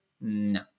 no